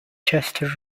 chester